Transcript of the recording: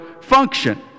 function